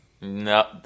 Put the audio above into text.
no